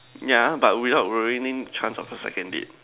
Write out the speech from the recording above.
ya but without ruining the chance of the second date